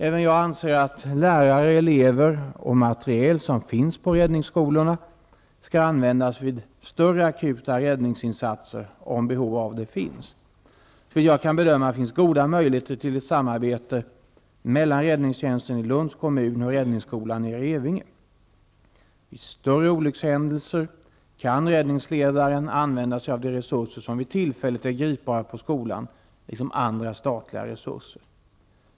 Även jag anser att lärare, elever och materiel som finns på räddningsskolorna skall användas vid större akuta räddningsinsatser om behov av det finns. Såvitt jag kan bedöma finns goda möjligheter till samarbete mellan räddningstjänsten i Lunds kommun och räddningsskolan i Revinge. Vid större olyckshändelser kan räddningsledaren använda sig av de resurser som vid tillfället är gripbara på skolan liksom av andra statliga resurser.